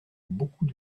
beaucoup